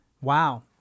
Wow